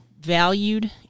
valued